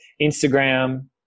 Instagram